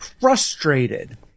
frustrated